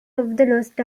lost